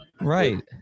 Right